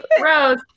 rose